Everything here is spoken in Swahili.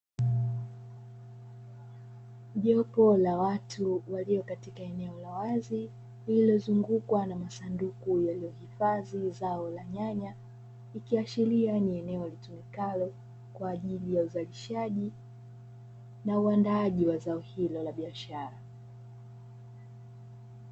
Jopo la watu walio katika eneo la wazi lililozungukwa na masanduku yaliyohifadhi zao la nyanya, ikiashiria ni eneo litumikalo kwa ajili ya uzalishiaji na uandaaji wa zao hilo la biashara.